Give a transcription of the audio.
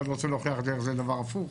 אחד רוצה להוכיח דרך זה דבר הפוך,